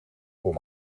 voor